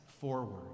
forward